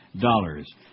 dollars